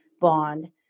bond